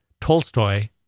Tolstoy